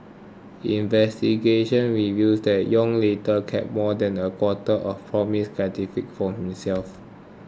investigations revealed that Yong later kept more than a quarter of the promised gratification for himself